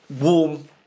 warm